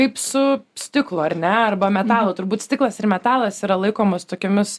kaip su stiklu ar ne arba metalu turbūt stiklas ir metalas yra laikomas tokiomis